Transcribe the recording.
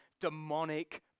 demonic